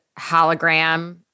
hologram